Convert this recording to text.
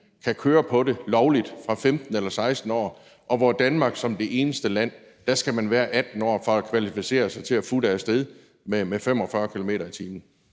kan køre lovligt på det fra 15 eller 16 år, og hvor man i Danmark som det eneste land skal være 18 år for at kvalificere sig til at futte af sted med 45 km/t.